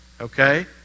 okay